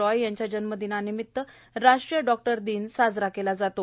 रॉय यांच्या जन्म दिनानिमित राष्ट्रीय डॉक्टर दिन साजरा केला जातो